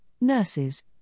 nurses